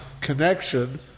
connection